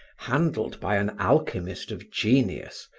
handled by an alchemist of genius,